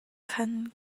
khan